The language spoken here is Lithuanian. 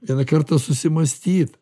vieną kartą susimąstyt